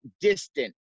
distant